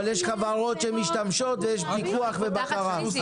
אבל יש חברות שמשתמשות בתשתית ויש פיקוח ובקרה.